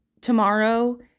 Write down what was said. tomorrow